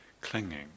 clinging